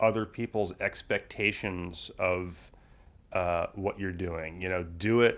other people's expectations of what you're doing you know do it